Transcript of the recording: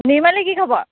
নিৰ্মালীৰ কি খবৰ